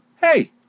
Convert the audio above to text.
hey